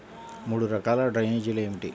మూడు రకాల డ్రైనేజీలు ఏమిటి?